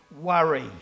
worry